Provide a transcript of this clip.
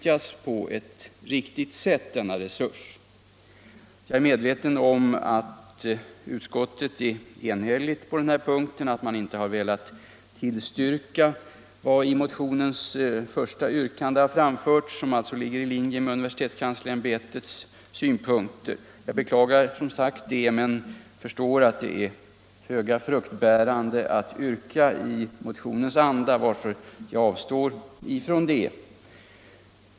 Jag är medveten om att utskottet varit enhälligt om att avstyrka motionens första yrkande, som alltså ligger i linje med universitetskanslersämbetets synpunkter i denna fråga. Jag beklagar detta, men jag förstår samtidigt att det är föga fruktbärande att yrka bifall till motionen, varför jag avstår från det.